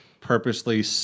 purposely